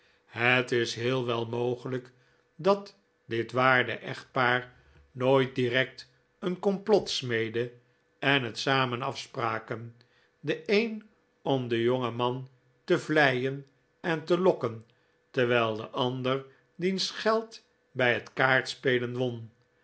het is heel wel mogelijk dat dit waarde echtpaar nooit direct een complot smeedde en het samen afspraken de een om den jongen man te vleien en te lokken terwijl de ander diens geld bij het kaartspelen won